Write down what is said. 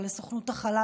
אבל סוכנות החלל,